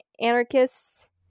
anarchists